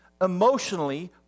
emotionally